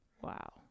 wow